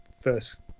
first